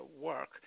work